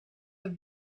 have